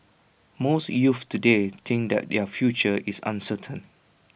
most youths today think that their future is uncertain